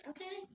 Okay